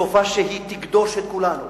סופה שהיא תגדוש את כולנו